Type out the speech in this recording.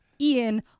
Ian